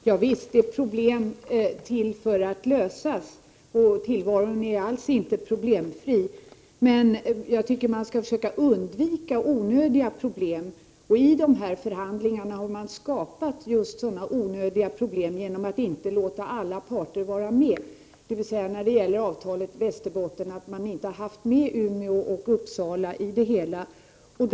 Herr talman! Visst är problem till för att lösas, och tillvaron är alls inte problemfri. Jag tycker att man skall försöka undvika onödiga problem. I dessa förhandlingar har man skapat just sådana onödiga problem, genom att inte låta alla parter delta, dvs. att man inte haft med Umeå och Uppsala när det gäller avtalet med Västerbotten.